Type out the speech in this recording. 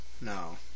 No